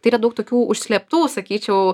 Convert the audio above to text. tai yra daug tokių užslėptų sakyčiau